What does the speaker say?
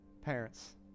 Parents